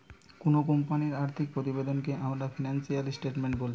কুনো কোম্পানির আর্থিক প্রতিবেদনকে আমরা ফিনান্সিয়াল স্টেটমেন্ট বোলছি